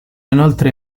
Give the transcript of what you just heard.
inoltre